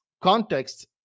context